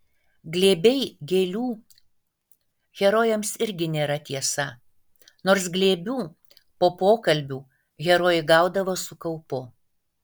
glėbiai gėlių herojams irgi nėra tiesa nors glėbių po pokalbių herojai gaudavo su kaupu